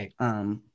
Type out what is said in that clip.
Right